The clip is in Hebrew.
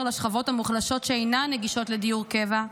לשכבות המוחלשות שאינן נגישות לדיור קבע,